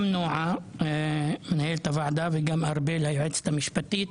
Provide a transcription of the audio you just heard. לנועה מנהלת הוועדה וגם לארבל היועצת המשפטית.